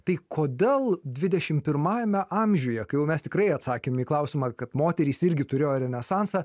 tai kodėl dvidešim pirmajame amžiuje kai jau mes tikrai atsakėm į klausimą kad moterys irgi turėjo renesansą